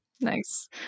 Nice